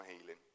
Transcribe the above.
healing